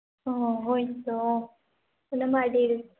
ᱚ ᱦᱳᱭ ᱛᱚ ᱚᱱᱟᱢᱟ ᱟᱹᱰᱤ